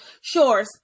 sure